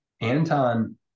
Anton